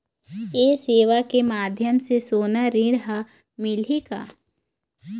ये सेवा के माध्यम से सोना ऋण हर मिलही का?